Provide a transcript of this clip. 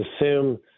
assume